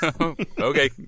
okay